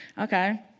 Okay